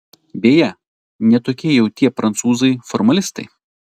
beje ne tokie jau tie prancūzai formalistai